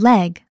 Leg